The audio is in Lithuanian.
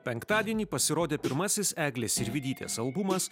penktadienį pasirodė pirmasis eglės sirvydytės albumas